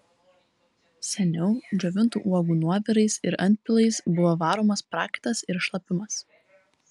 seniau džiovintų uogų nuovirais ir antpilais buvo varomas prakaitas ir šlapimas